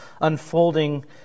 unfolding